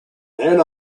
then